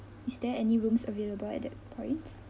is there any rooms available at that point